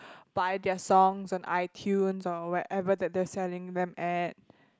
buy their songs on iTunes or wherever that they're selling them at